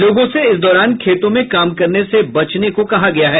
लोगों से इस दौरान खेतों में काम करने से बचने को कहा गया है